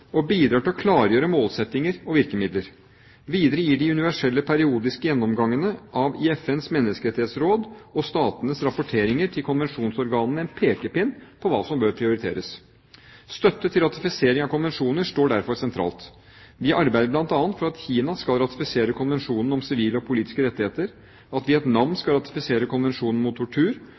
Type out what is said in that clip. bidrar til å klargjøre målsettinger og virkemidler. Videre gir de universelle periodiske gjennomgangene i FNs menneskerettighetsråd og statenes rapporteringer til konvensjonsorganene en pekepinn om hva som bør prioriteres. Støtte til ratifisering av konvensjoner står derfor sentralt. Vi arbeider bl.a. for at Kina skal ratifisere konvensjonen om sivile og politiske rettigheter, at Vietnam skal ratifisere konvensjonen mot tortur,